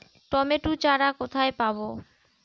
Tomato চারা কোথায় পাবো?